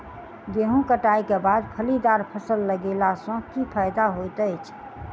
गेंहूँ कटाई केँ बाद फलीदार फसल लगेला सँ की फायदा हएत अछि?